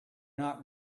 not